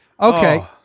Okay